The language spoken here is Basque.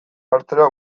jartzera